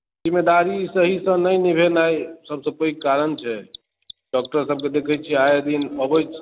ठिकेदारीसँ ईसभ नहि निभेनाय सभसँ पैघ कारण छै डॉक्टरसभके देखैत छियै आये दिन अबैत